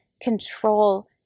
control